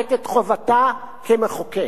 ממלאת את חובתה כמחוקק.